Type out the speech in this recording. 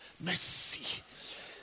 Merci